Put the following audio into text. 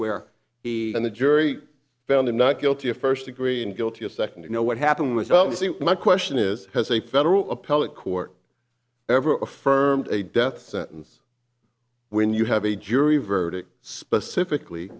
where he and the jury found him not guilty of first degree and guilty of second you know what happened was obviously my question is has a federal appellate court ever affirmed a death sentence when you have a jury verdict specifically